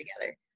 together